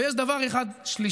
יש דבר שלישי